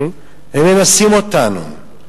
הם מנסים אותנו.